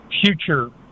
future